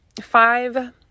five